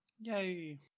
Yay